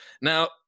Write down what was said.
Now